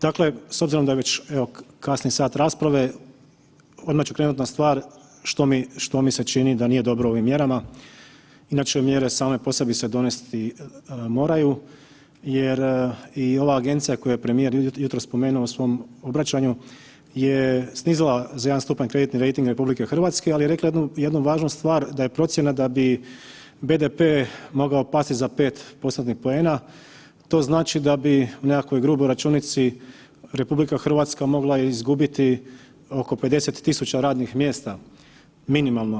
Dakle s obzirom da je već kasni sat rasprave odmah ću krenuti na stvar što mi se čini da nije dobro u ovim mjerama, inače mjere same po sebi se donesti moraju jer i ova agencija koju je premijer jutros spomenuo u svom obraćanju je snizila za 1 stupanj kreditni rejting RH, ali je rekla jednu važnu stvar, da je procjena da bi BDP mogao pasti za 5%-nih poena, to znači da bi u nekakvoj gruboj računici RH mogla izgubiti oko 50.000 radnih mjesta minimalno.